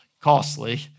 costly